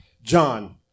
John